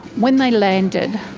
when they landed,